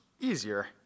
Easier